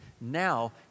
Now